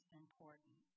important